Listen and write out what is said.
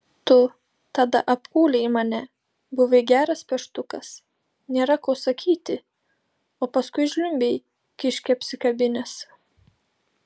tu tada apkūlei mane buvai geras peštukas nėra ko sakyti o paskui žliumbei kiškį apsikabinęs